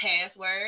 password